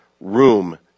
room